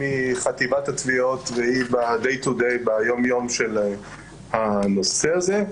והיא מחטיבת התביעות והיא ביום יום של הנושא הזה.